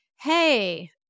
hey